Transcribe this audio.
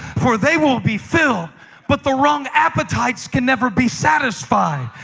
for they will be filled but the wrong appetites can never be satisfied.